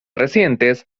recientes